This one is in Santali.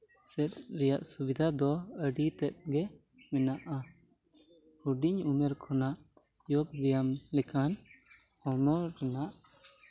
ᱪᱮᱫ ᱨᱮᱭᱟᱜ ᱥᱩᱵᱤᱫᱷᱟ ᱫᱚ ᱟᱹᱰᱤ ᱛᱮᱫᱜᱮ ᱢᱮᱱᱟᱜᱼᱟ ᱦᱩᱰᱤᱧ ᱩᱢᱮᱨ ᱠᱷᱚᱱᱟᱜ ᱡᱳᱜᱽ ᱵᱮᱭᱟᱢ ᱞᱮᱠᱷᱟᱱ ᱦᱚᱲᱢᱚ ᱨᱮᱭᱟᱜ